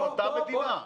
זו אותה מדינה.